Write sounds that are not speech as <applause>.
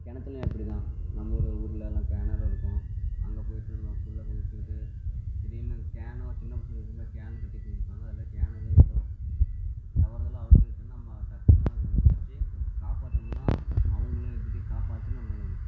கிணத்துலையும் அப்படி தான் நம்ம ஊர் ஊர்லெலாம் கிணறு இருக்கும் அங்கே போயிட்டு அதுக்குள்ள விழுந்துகிட்டு திடீர்னு கேன் வைச்சுருந்தா பிரச்சனை எதுவும் இல்லை கேன் கட்டிகிட்டு இழுப்பாங்க அது மாதிரி கேன் <unintelligible> தவறுதலா அவந்துருச்சினா நம்ம டக்குனு <unintelligible> பிடிச்சி காப்பாத்திடலாம் அவங்களையும் எடுத்து போய் காப்பாற்றி நம்மளை